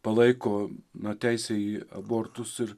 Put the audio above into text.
palaiko na teisę į abortus ir